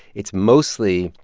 it's mostly,